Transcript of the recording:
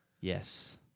Yes